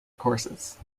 courses